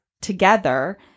together